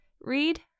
read